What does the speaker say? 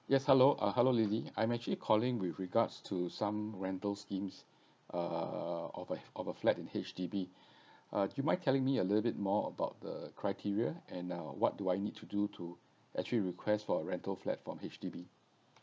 yes hello uh hello lily I'm actually calling with regards to some rental schemes uh of a of a flat in H_D_B uh do you mind telling me a little bit more about the criteria and uh what do I need to do to actually request for a rental flat from H_D_B